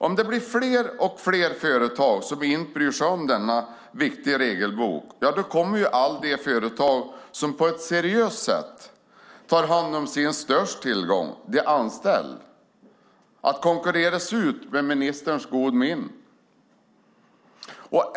Om det blir allt fler företag som inte bryr sig om denna viktiga regelbok kommer alla de företag som på ett seriöst sätt tar hand som sin största tillgång, de anställda, att konkurreras ut med ministerns goda minne.